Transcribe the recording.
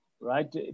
right